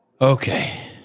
Okay